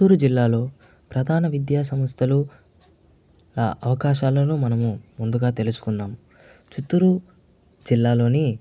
చిత్తూరు జిల్లాలో ప్రధాన విద్యాసంస్థలు అవకాశాలను మనం ముందుగా తెలుసుకుందాం చిత్తూరు జిల్లాలోని